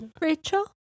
rachel